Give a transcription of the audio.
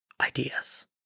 ideas